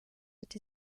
that